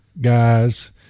guys